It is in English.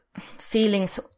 feelings